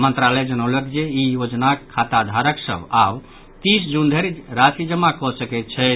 मंत्रालय जनौलक जे ई योजनाक खाताधारक सभ आब तीस जून धरि राशि जमा कऽ सकैत छथि